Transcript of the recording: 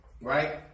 right